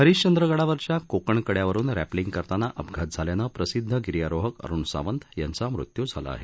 हरिश्वंद्रगडावरील कोकण कड्यावरून स्प्रिंग करताना अपघात झाल्यानं प्रसिद्ध गिर्यारोहक अरूण सावंत यांचा मृत्यू झाला आहे